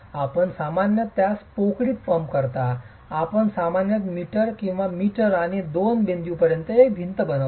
आपण सामान्यत त्यास पोकळीत पंप करता आपण सामान्यत मीटर किंवा मीटर आणि दोन बिंदूपर्यंत एक भिंत बनविता